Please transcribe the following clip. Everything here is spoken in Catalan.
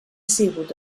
sigut